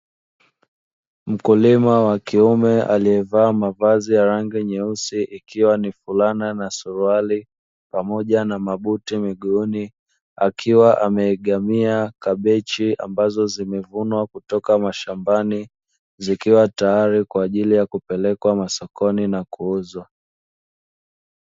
Mkulima wa kiume aliyevaa mavazi ya rangi nyeusi ikiwa ni fulana na suruali, pamoja na mabuti miguuni, akiwa ameegamia kabichi ambazo zimevunwa toka mashambani; zikiwa tayari kwa ajili ya kupelekwa masokoni na kuuzwa.